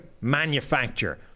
manufacture